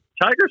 Tiger's